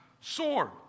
sword